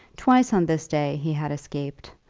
twice on this day he had escaped,